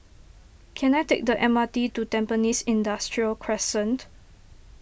can I take the M R T to Tampines Industrial Crescent